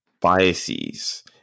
biases